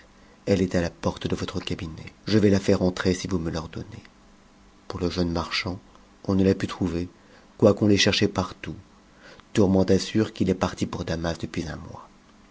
elle est à la porte de votre cabinet je vais la faire entrer si vous me l'ordonnez pour le jeune marchand on ne ra pu trouver quoiqu'on l'ait cherché partout tourmente assure qu'il est parti pour damas depuis un mois